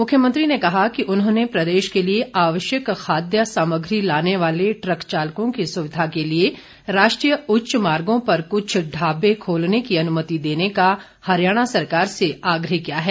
मुख्यमंत्री ने कहा कि उन्होंने प्रदेश के लिए आवश्यक खाद्य सामग्री लाने वाले ट्रक चालकों की सुविधा के लिए राष्ट्रीय उच्च मार्गो पर क्छ ढाबे खोलने की अनुमति देने का हरियाणा सरकार से आग्रह किया है